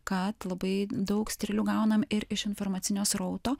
kad labai daug strėlių gaunam ir iš informacinio srauto